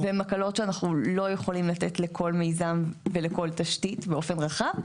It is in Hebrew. והן הקלות שאנחנו לא יכולים לתת לכל מיזם ולכל תשתית באופן רחב.